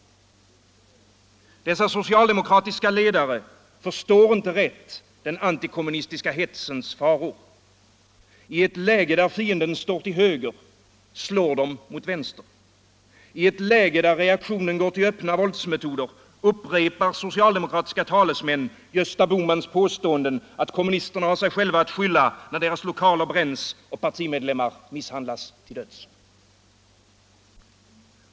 Dessa socialdemokratiska ledare förstår inte rätt den antikommunistiska hetsens faror. I ett läge, där fienden står till höger, slår de mot vänster. I ett läge, där reaktionen går till öppna våldsmetoder, upprepar socialdemokratiska talesmän Gösta Bohmans påståenden, att kommunisterna har sig själva att skylla när deras lokaler bränns och partimedlemmar misshandlas till döds.